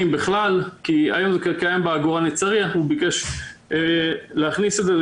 בכלל כי זה היה קיים בעגורני צריח והוא ביקש להכניס את זה,